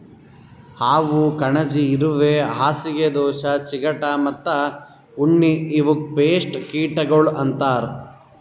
ಹಾವು, ಕಣಜಿ, ಇರುವೆ, ಹಾಸಿಗೆ ದೋಷ, ಚಿಗಟ ಮತ್ತ ಉಣ್ಣಿ ಇವುಕ್ ಪೇಸ್ಟ್ ಕೀಟಗೊಳ್ ಅಂತರ್